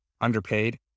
underpaid